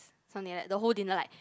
something like that the whole dinner like